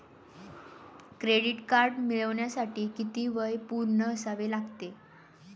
Credit card मिळवण्यासाठी किती वय पूर्ण असावे लागते?